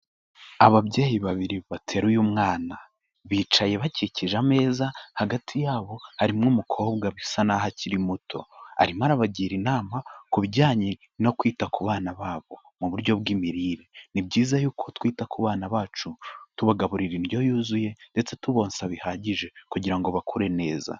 Ababyeyi babiri bateruye umwana, bicaye bakikije ameza, hagati yabo harimo umukobwa bisa naho akiri muto, arimo arabagira inama ku bijyanye no kwita ku bana babo mu buryo bw'imirire. Ni byiza yuko twita ku bana bacu, tubagaburira indyo yuzuye ndetse tubonsa bihagije kugira ngo bakure neza.